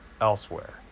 elsewhere